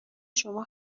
شما